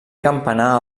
campanar